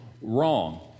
wrong